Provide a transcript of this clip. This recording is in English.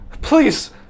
Please